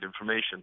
information